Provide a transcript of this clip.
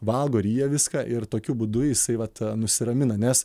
valgo ryja viską ir tokiu būdu jisai vat nusiramina nes